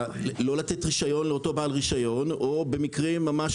לא לתת רשיון לאותו בעל רשיון או במקרים ממש